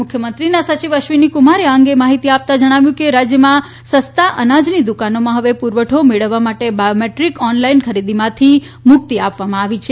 મુખ્ય મંત્રીના સચિવ અશ્વિની કુમારે આ અંગે માહિતી આપ્તા જણાવ્યું કે રાજ્યમાં સસ્તા અનાજની દુકાનોમાં હવે પુરવઠો મેળવવા માટે બાયોમેદ્રીક ઓનલાઇન ખરીદીમાથી મુક્તી આ વામાં આવે છે